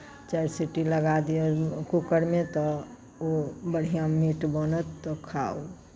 चारि सीटी लगा दियौ कूकरमे तऽ ओ बढ़िआँ मीट बनत तऽ खाउ से